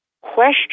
question